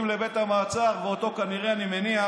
לבית המעצר, ואותו, כנראה, אני מניח